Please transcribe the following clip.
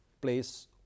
place